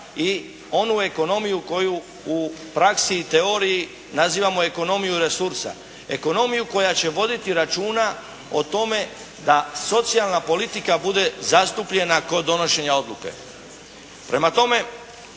i onu ekonomiju koju u praksi i teoriji nazivamo ekonomiju resursa. Ekonomiju koja će voditi računa o tome da socijalna politika bude zastupljena kod donošenja odluke. Prema tome,